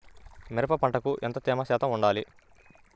మిరప పంటకు ఎంత తేమ శాతం వుండాలి?